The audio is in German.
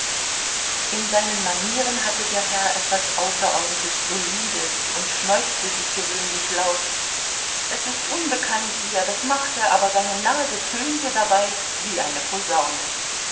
in seinen manieren hatte der herr etwas außerordentlich solides und schneuzte sich ungewöhnlich laut es ist unbekannt wie er das machte aber seine nase tönte dabei wie eine posaune